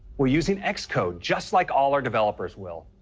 we're using xcode, just like all our developers will.